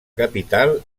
capital